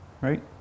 Right